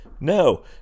no